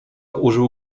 użył